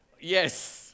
Yes